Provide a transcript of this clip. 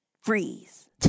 Freeze